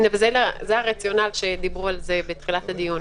זה הרציונל שדיברו עליו בתחילת הדיון.